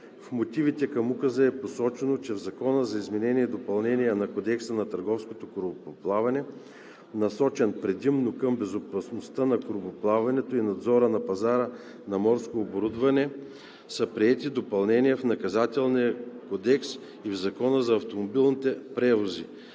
В мотивите към указа е посочено, че в Закона за изменение и допълнение на Кодекса на търговското корабоплаване, насочен предимно към безопасността на корабоплаването и надзора на пазара на морско оборудване, са приети допълнения в Наказателния кодекс и в Закона за автомобилните превози.